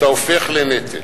אתה הופך לנטל.